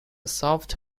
soft